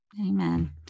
Amen